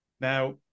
Now